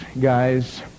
guys